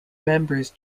members